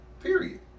Period